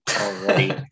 already